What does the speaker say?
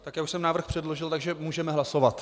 Už jsem návrh předložil, takže můžeme hlasovat.